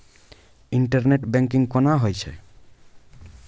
Internet banking कोना होय छै?